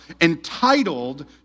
entitled